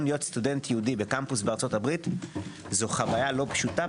להיות סטודנט יהודי בקמפוס בארצות הברית זו חוויה לא פשוטה.